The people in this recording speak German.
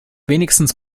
wenigstens